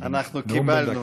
קיבלנו,